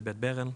בבית ברל,